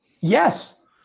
Yes